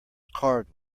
carved